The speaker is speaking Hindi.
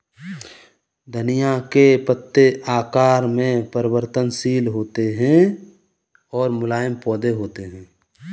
धनिया के पत्ते आकार में परिवर्तनशील होते हैं और मुलायम पौधे होते हैं